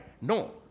No